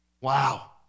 Wow